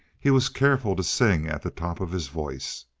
he was careful to sing at the top of his voice.